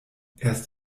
erst